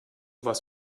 was